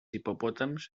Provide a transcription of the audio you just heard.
hipopòtams